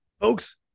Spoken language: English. Folks